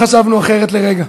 לא חשבנו אחרת לרגע.